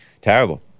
terrible